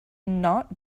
not